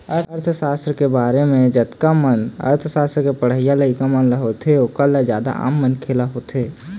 अर्थसास्त्र के बारे म जाने के जतका मन अर्थशास्त्र के पढ़इया लइका ल होथे ओखर ल जादा आम मनखे ल होथे